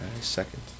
Second